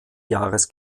jahres